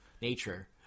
nature